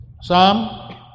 Psalm